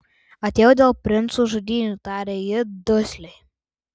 atėjau dėl princų žudynių tarė ji dusliai